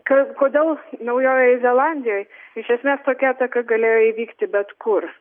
kas kodėl naujojoje zelandijoj iš esmės tokia ataka galėjo įvykti bet kur